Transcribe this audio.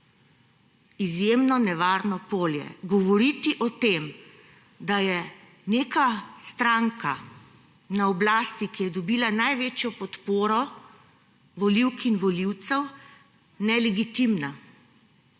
Izjemno nevarno polje. Govoriti o tem, da je neka stranka na oblasti, ki je dobila največjo podporo volivk in volivcev, nelegitimna,